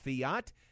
Fiat